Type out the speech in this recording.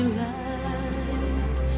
light